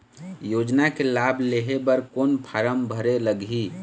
योजना के लाभ लेहे बर कोन फार्म भरे लगही?